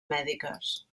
mèdiques